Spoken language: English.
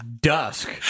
dusk